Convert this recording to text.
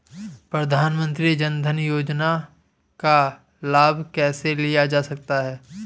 प्रधानमंत्री जनधन योजना का लाभ कैसे लिया जा सकता है?